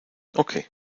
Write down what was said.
okay